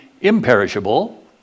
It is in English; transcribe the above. imperishable